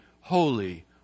holy